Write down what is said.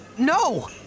No